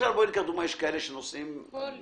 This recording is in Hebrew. קחי לדוגמה כאלה שנוסעים כל יום.